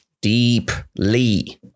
deeply